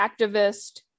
activist